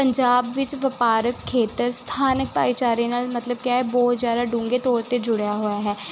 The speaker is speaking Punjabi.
ਪੰਜਾਬ ਵਿੱਚ ਵਪਾਰਕ ਖੇਤਰ ਸਥਾਨ ਭਾਈਚਾਰੇ ਨਾਲ ਮਤਲਬ ਕਿ ਬਹੁਤ ਜ਼ਿਆਦਾ ਡੂੰਘੇ ਤੌਰ 'ਤੇ ਜੁੜਿਆ ਹੋਇਆ ਹੈ